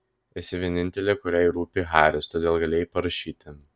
esi vienintelė kuriai rūpi haris todėl galėjai parašyti